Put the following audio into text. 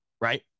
right